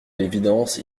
l’évidence